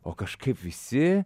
o kažkaip visi